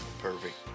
Perfect